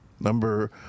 Number